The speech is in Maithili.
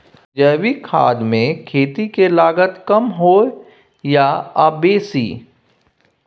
जैविक खाद मे खेती के लागत कम होय ये आ बेसी?